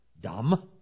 Dumb